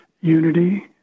unity